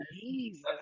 Jesus